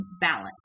balance